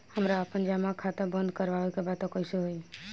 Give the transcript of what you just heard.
हमरा आपन जमा खाता बंद करवावे के बा त कैसे होई?